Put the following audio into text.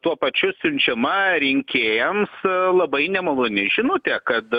tuo pačiu siunčiama rinkėjams labai nemaloni žinutė kad